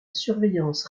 surveillance